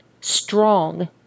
strong